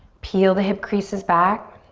peel the hip creases back.